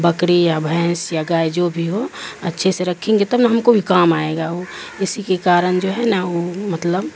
بکریی یا بھینس یا گائے جو بھی ہو اچھے سے رکھیں گے تب نہا ہم کو بھی کام آئے گا وہ اسی کے کارن جو ہے نا وہ مطلب